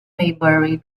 maybury